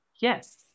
yes